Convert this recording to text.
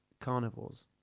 carnivores